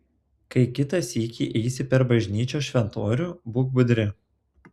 kai kitą sykį eisi per bažnyčios šventorių būk budri